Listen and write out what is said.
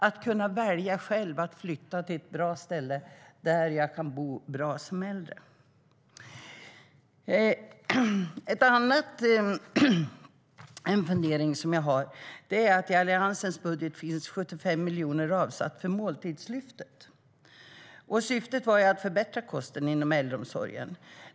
Det handlar om att själv kunna välja att flytta till ett bra ställa där jag kan bo bra som äldre. Jag har en annan fundering. I Alliansens budget finns 75 miljoner avsatt för Måltidslyftet. Syftet var att förbättra kosten inom äldreomsorgen.